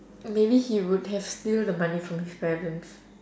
maybe he would have steal the money from his parents